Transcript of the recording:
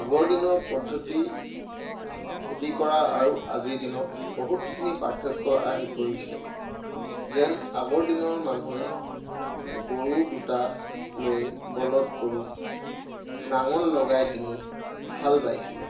আগৰ দিনৰ পদ্ধতি খেতি কৰা আৰু আজিৰ দিনত বহুতখিনি পাৰ্থক্য আহি পৰিছে যেন আগৰ দিনৰ মানুহে গৰু দুটা লৈ বলধ গৰু নাঙল লগাই ডিঙিত হাল বাইছিলে